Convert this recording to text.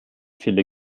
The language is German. viele